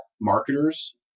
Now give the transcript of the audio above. marketers